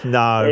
no